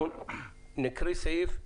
נקרא סעיף,